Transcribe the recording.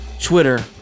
Twitter